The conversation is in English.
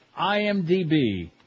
IMDb